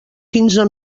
quinze